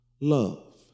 love